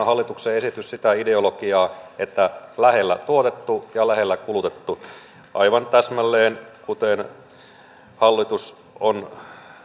hallituksen esitys toteuttaa hyvin sitä ideologiaa että lähellä tuotettu ja lähellä kulutettu aivan täsmälleen kuten hallitus on